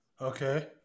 Okay